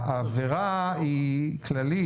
העבירה היא כללית.